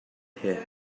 here